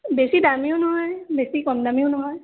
বেছি দামীয়ো নহয় বেছি কম দামীয়ো নহয়